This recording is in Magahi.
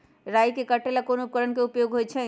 राई के काटे ला कोंन उपकरण के उपयोग होइ छई?